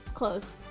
Close